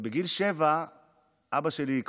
בגיל שבע אבא שלי שם אותי,